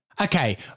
Okay